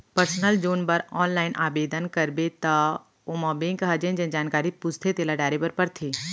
personal जोन बर online आबेदन करबे त ओमा बेंक ह जेन जेन जानकारी पूछथे तेला डारे बर परथे